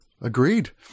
agreed